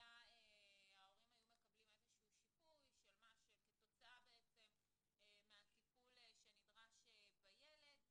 ההורים היו מקבלים איזשהו שיפוי כתוצאה מהטיפול שנדרש לילד.